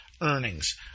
Earnings